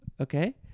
okay